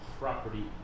property